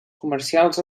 comercials